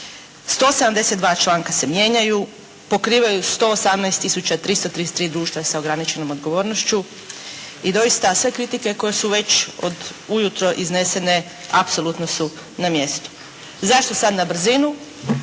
172 članka se mijenjaju, pokrivaju 118 tisuća 333 društva sa ograničenom odgovornošću i doista sve kritike koje su već od jutro iznesene apsolutno su na mjestu. Zašto sada na brzinu